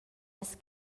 las